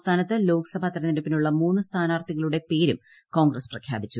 സംസ്ഥാനത്ത് ലോക്സഭാ തിരഞ്ഞെടുപ്പിനുള്ള മൂന്ന് സ്ഥാനാർത്ഥികളുടെ പേരും കോൺഗ്രസ് പ്രഖ്യാപിച്ചു